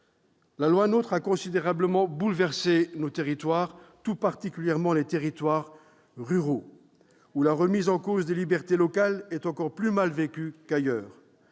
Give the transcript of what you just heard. La loi NOTRe a considérablement bouleversé nos territoires, tout particulièrement les territoires ruraux, où la remise en cause des libertés locales est encore plus mal vécue qu'ailleurs.